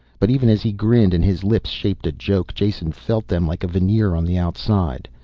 but even as he grinned and his lips shaped a joke, jason felt them like a veneer on the outside.